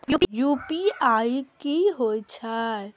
UPI की हेछे?